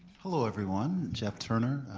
hello everyone, jeff turner,